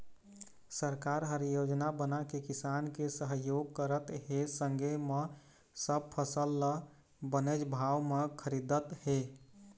सरकार ह योजना बनाके किसान के सहयोग करत हे संगे म सब फसल ल बनेच भाव म खरीदत हे